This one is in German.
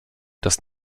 dass